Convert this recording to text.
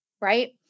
right